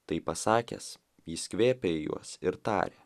tai pasakęs jis kvėpė į juos ir tarė